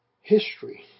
history